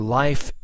life